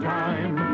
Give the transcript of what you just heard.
time